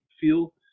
feel